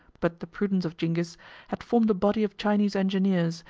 but the prudence of zingis had formed a body of chinese engineers,